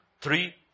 three